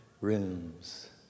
rooms